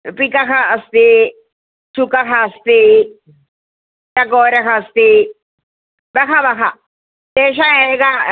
पिकः अस्ति शुकः अस्ति चकोरः अस्ति बहवः एषा एका